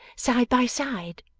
side by side